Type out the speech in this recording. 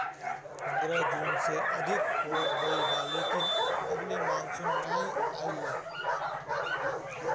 पंद्रह जून से अधिका हो गईल बा लेकिन अबले मानसून नाइ आइल